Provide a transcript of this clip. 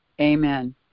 Amen